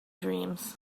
dreams